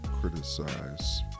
criticize